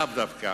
לאו דווקא